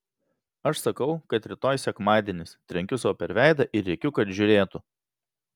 aš sakau kad rytoj sekmadienis trenkiu sau per veidą ir rėkiu kad žiūrėtų